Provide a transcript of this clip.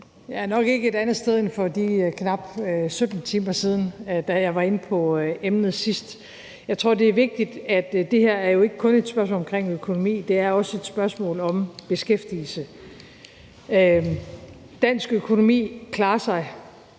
Jeg er nok ikke et andet sted end for de knap 17 timer siden, da jeg var inde på emnet sidst. Jeg tror, det er vigtigt at sige, at det her jo ikke kun er et spørgsmål om økonomi. Det er også et spørgsmål om beskæftigelse. Dansk økonomi klarer sig